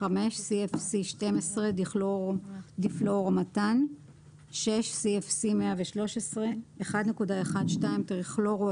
CFC-12 - דיכלורו-דיפלואורומתן; CFC-113 - 1.1.2 טריכלורו,